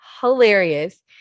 hilarious